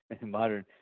modern